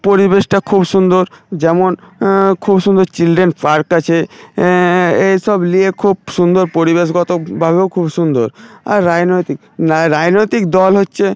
পরিবেশটা খুব সুন্দর যেমন খুব সুন্দর চিল্ডেন পার্ক আছে এইসব নিয়ে খুব সুন্দর পরিবেশগতবাবেও খুব সুন্দর আর রাজনৈতিক রা রাজনৈতিক দল হচ্ছে